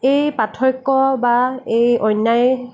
এই পাৰ্থক্য বা এই অন্যায়